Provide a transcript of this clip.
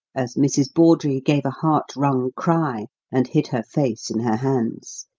as mrs. bawdrey gave a heart-wrung cry and hid her face in her hands.